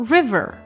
River